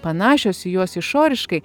panašios į juos išoriškai